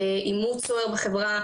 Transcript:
עימות סוער בחברה,